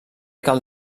cal